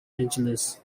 angeles